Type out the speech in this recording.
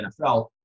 NFL